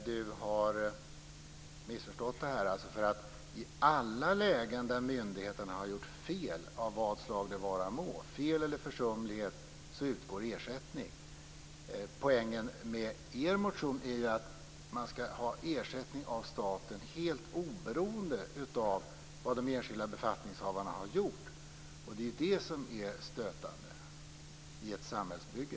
Fru talman! Nu lät det som om Ulf Nilsson har missförstått det här. I alla lägen där myndigheterna har gjort fel av vad slag det vara må, fel eller försumlighet, utgår ersättning. Poängen med er motion är ju att man skall ha ersättning av staten helt oberoende av vad de enskilda befattningshavarna har gjort. Det är det som är stötande i ett samhällsbygge.